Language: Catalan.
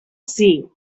ací